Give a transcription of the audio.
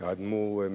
האדמו"ר מוויז'ניץ,